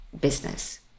business